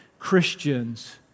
Christians